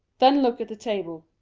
then look at the table.